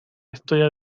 historia